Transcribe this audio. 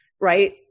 Right